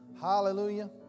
Hallelujah